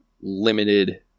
limited